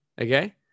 Okay